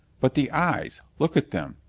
but the eyes! look at them!